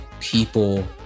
people